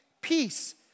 peace